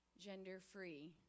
gender-free